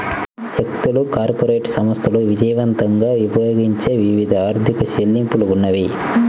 వ్యక్తులు, కార్పొరేట్ సంస్థలు విజయవంతంగా ఉపయోగించే వివిధ ఆర్థిక చెల్లింపులు ఉన్నాయి